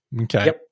Okay